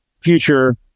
future